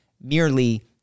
merely